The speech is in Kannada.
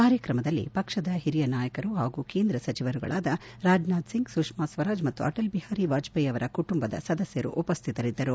ಕಾರ್ಯಕ್ರಮದಲ್ಲಿ ಪಕ್ಷದ ಹಿರಿಯ ನಾಯಕರು ಹಾಗೂ ಕೇಂದ್ರ ಸಚಿವರುಗಳಾದ ರಾಜನಾಥ್ ಸಿಂಗ್ ಸುಷ್ಕಾ ಸ್ವರಾಜ್ ಮತ್ತು ಅಟಲ್ ಬಿಹಾರಿ ವಾಜಪೇಯಿ ರವರ ಕುಟುಂಬದ ಸದಸ್ನರು ಉಪಸ್ವಿತರಿದ್ದರು